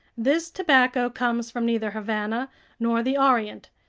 this tobacco comes from neither havana nor the orient.